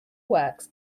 works